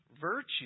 virtue